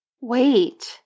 Wait